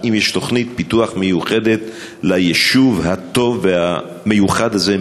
האם יש תוכנית פיתוח מיוחדת ליישוב הטוב והמיוחד הזה,